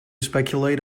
speculate